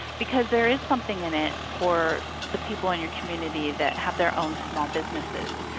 because there is something in it for the people in your community that have their own small businesses.